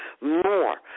more